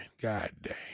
goddamn